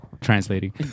Translating